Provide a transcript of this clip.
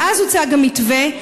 מאז הוצג המתווה,